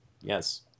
Yes